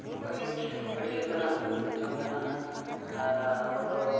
ᱱᱚᱠᱟ ᱜᱮ ᱟᱹᱰᱤ ᱞᱮᱠᱟᱱᱟᱜ ᱡᱚᱢ ᱢᱮᱱᱟᱜᱼᱟ ᱟᱨ ᱟᱵᱚ ᱫᱚ